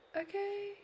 Okay